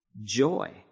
joy